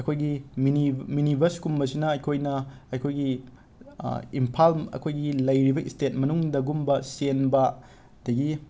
ꯑꯩꯈꯣꯏꯒꯤ ꯃꯤꯅꯤ ꯃꯤꯅꯤ ꯕꯁꯀꯨꯝꯕꯁꯤꯅ ꯑꯩꯈꯣꯏꯅ ꯑꯩꯈꯣꯏꯒꯤ ꯏꯝꯐꯥꯜ ꯑꯩꯈꯣꯏꯒꯤ ꯂꯩꯔꯤꯕ ꯏꯁꯇꯦꯠ ꯃꯅꯨꯡꯗꯒꯨꯝꯕ ꯆꯦꯟꯕ ꯑꯗꯒꯤ